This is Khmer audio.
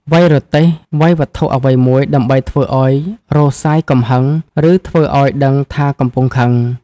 វ៉ៃរទេះ វ៉ៃវត្ថុអ្វីមួយដើម្បីធ្វើឱ្យរសាយកំហឹង ឬធ្វើឱ្យដឹងថាកំពុងខឹង។